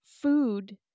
food